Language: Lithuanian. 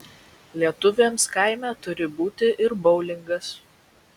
lietuviams kaime turi būti ir boulingas